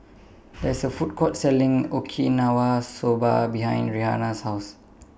There IS A Food Court Selling Okinawa Soba behind Rhianna's House